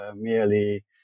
merely